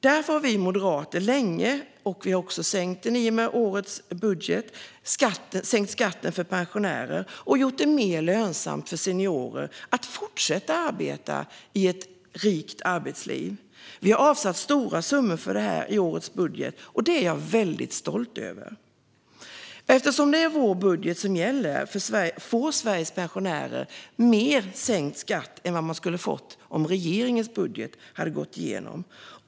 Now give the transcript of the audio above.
Därför har vi moderater länge, också i årets budget, sänkt skatten för pensionärer och gjort det mer lönsamt för seniorer att fortsätta arbeta i ett rikt arbetsliv. Vi har avsatt stora summor för detta i årets budget, och det är jag väldigt stolt över. Eftersom det är vår budget som gäller får Sveriges pensionärer mer sänkt skatt än vad man skulle fått om regeringens budget hade gått igenom.